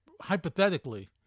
hypothetically